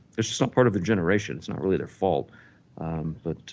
it's just not part of a generation, it's not really their fault but